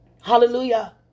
Hallelujah